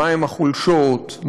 מהן החולשות,